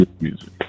music